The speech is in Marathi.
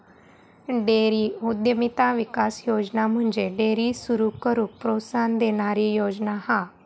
डेअरी उद्यमिता विकास योजना म्हणजे डेअरी सुरू करूक प्रोत्साहन देणारी योजना हा